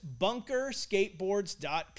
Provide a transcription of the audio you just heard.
BunkerSkateboards.com